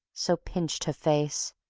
so pinched her face,